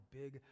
big